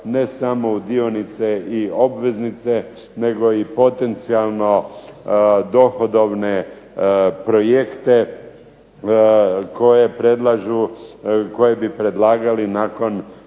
ne samo u dionice i obveznice, nego i potencijalno dohodovne projekte koje bi predlagali nakon